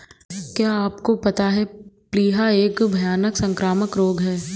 क्या आपको पता है प्लीहा एक भयानक संक्रामक रोग है?